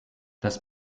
das